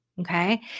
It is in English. Okay